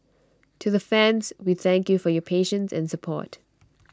to the fans we thank you for your patience and support